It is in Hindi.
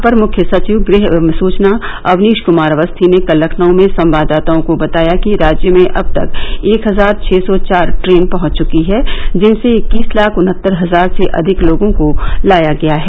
अपर मुख्य सचिव गृह एवं सुचना अवनीश क्मार अवस्थी ने कल लखनऊ में संवाददाताओं को बताया कि राज्य में अब तक एक हजार छः सौ चार ट्रेन पहंच चुकी है जिनसे इक्कीस लाख उनहत्तर हजार से अधिक लोगों को लाया गया है